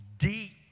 Deep